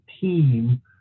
team